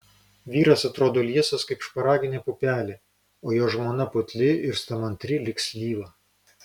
vyras atrodo liesas kaip šparaginė pupelė o jo žmona putli ir stamantri lyg slyva